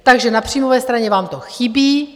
Takže na příjmové straně vám to chybí.